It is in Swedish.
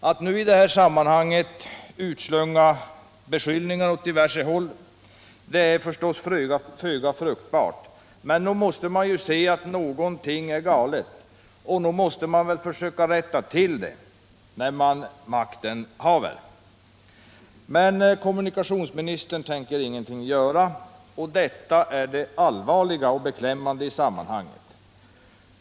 Att nu i det här aktuella fallet utslunga beskyllningar åt diverse håll är föga fruktbart, men nog måste man se att något är galet och nog måste man väl försöka rätta till det, när man makten haver. Men kommunikationsministern tänker ingenting göra, och detta är allvarligt och beklämmande i sammanhanget.